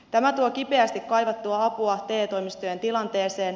tämä tuo kipeästi kaivattua apua te toimistojen tilanteeseen